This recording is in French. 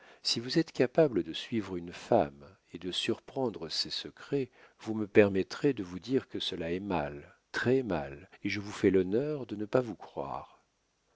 si vous êtes capable de suivre une femme et de surprendre ses secrets vous me permettrez de vous dire que cela est mal très-mal et je vous fais l'honneur de ne pas vous croire